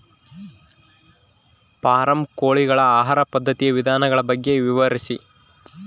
Form ಕೋಳಿಗಳ ಆಹಾರ ಪದ್ಧತಿಯ ವಿಧಾನಗಳ ಬಗ್ಗೆ ವಿವರಿಸಿ?